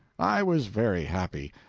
i was very happy.